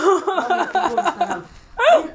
gua mahu turun sekarang then